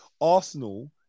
Arsenal